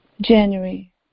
January